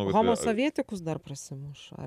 homo sovietikus dar prasimuša